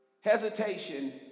Hesitation